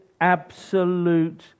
absolute